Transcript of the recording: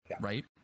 Right